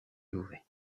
louvet